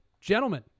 Gentlemen